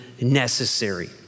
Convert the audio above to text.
necessary